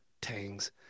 Tangs